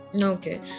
Okay